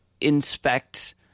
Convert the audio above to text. inspect